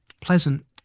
Pleasant